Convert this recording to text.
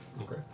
Okay